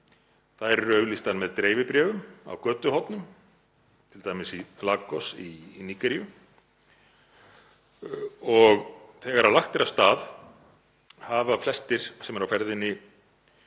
Þær eru auglýstar með dreifibréfum á götuhornum, t.d. í Lagos í Nígeríu. Og þegar lagt er af stað hafa flestir sem eru á ferðinni